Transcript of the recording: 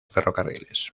ferrocarriles